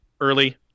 early